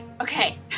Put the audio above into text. Okay